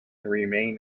remained